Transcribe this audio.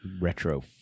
Retro